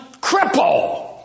cripple